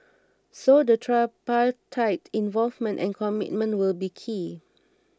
so the tripartite involvement and commitment will be key